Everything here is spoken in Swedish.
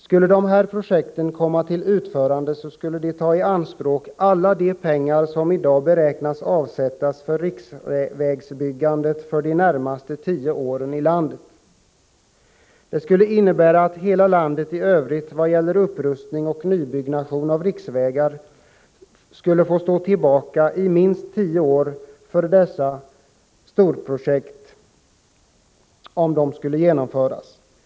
Skulle de projekten komma till utförande, skulle de ta i anspråk alla de pengar som i dag beräknas bli avsatta för riksvägsbyggande under de närmaste tio åren i landet. Det skulle innebära att hela landet i övrigt vad gäller upprustning och nybyggnation av riksvägar skulle få stå tillbaka i minst tio år för att dessa storprojekt skulle kunna genomföras.